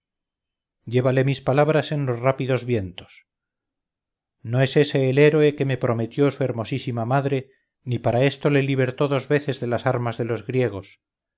llévale mis palabras en los rápidos vientos no es ese el héroe que me prometió su hermosísima madre ni para esto le libertó dos veces de las armas de los griegos